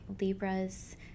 Libras